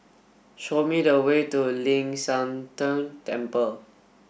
show me the way to Ling San Teng Temple